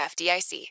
FDIC